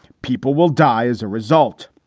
people will die as a result.